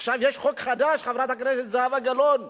עכשיו יש חוק חדש, חברת הכנסת זהבה גלאון,